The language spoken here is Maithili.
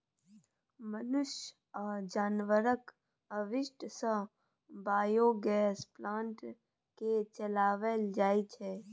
मनुख आ जानबरक अपशिष्ट सँ बायोगैस प्लांट केँ चलाएल जाइ छै